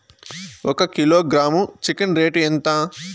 ఒక kilogram chicken rate ఎంత?